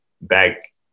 back